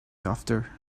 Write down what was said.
after